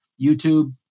YouTube